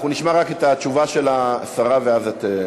אנחנו נשמע רק את התשובה של השרה ואז את.